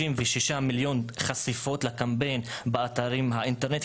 מיליון חשיפות לקמפיין באתרי האינטרנט,